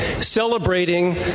celebrating